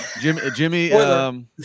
Jimmy